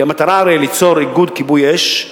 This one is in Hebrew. כי המטרה הרי ליצור איגוד כיבוי אש,